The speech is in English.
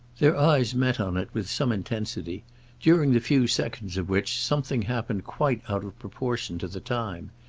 their eyes met on it with some intensity during the few seconds of which something happened quite out of proportion to the time.